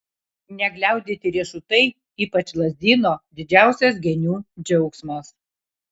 negliaudyti riešutai ypač lazdyno didžiausias genių džiaugsmas